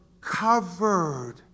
covered